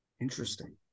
Interesting